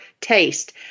taste